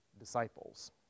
disciples